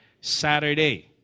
Saturday